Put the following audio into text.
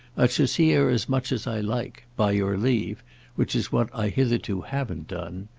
i shall see her as much as i like by your leave which is what i hitherto haven't done.